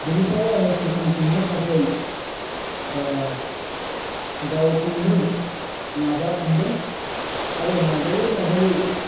बिनिफ्राय आङो सिखांफिननो थाखाय गावखौनो नाजाफिन्दों आरो नाजायै नाजायै